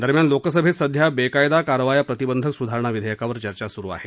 दरम्यान लोकसभेत सध्या बेकायदा कारवाया प्रतिबंधक सुधारणा विधेयकावर चर्चा सुरू आहे